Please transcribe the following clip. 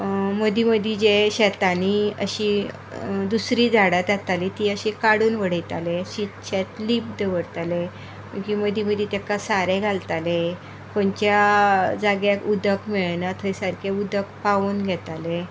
मदीं मदीं जे शेतांनी अशीं दुसरीं झाडां जातालीं तीं अशीं काडून उडयताले शित शेत लींप दवरतालें मदीं मदीं तांकां सारें घालतालें खंयच्या जाग्याक उदक मेळना थंय सारके उदक पावोवन घेताले